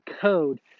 code